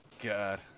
God